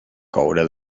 coure